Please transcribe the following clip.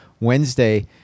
Wednesday